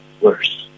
worse